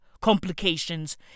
Complications